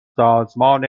سازمان